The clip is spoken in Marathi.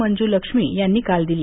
मंजूलक्ष्मी यांनी काल दिली